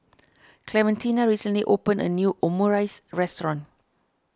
Clementina recently opened a new Omurice restaurant